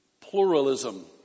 pluralism